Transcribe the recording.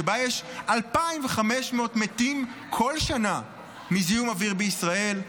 שבה יש 2,500 מתים כל שנה מזיהום אוויר בישראל,